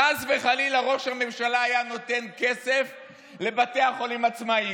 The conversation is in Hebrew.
חס וחלילה שראש הממשלה היה נותן כסף לבתי החולים העצמאיים.